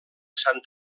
sant